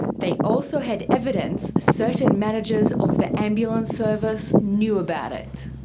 they also had evidence certain managers of the ambulance service knew about it.